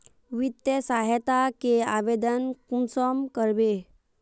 वित्तीय सहायता के आवेदन कुंसम करबे?